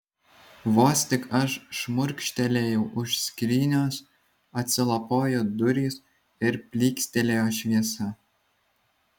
vos tik aš šmurkštelėjau už skrynios atsilapojo durys ir plykstelėjo šviesa